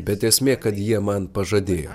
bet esmė kad jie man pažadėjo